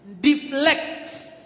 Deflects